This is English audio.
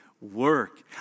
work